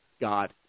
God